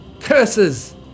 Curses